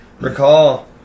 recall